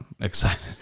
excited